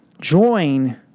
join